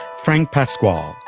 frank pasquale.